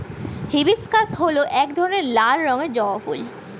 hibiscus হল এক ধরনের লাল রঙের জবা ফুল